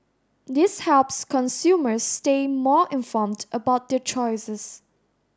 this helps consumers stay more informed about their choices